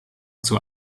zur